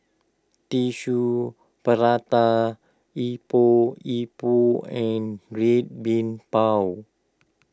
Tissue Prata Epok Epok and Red Bean Bao